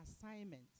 assignment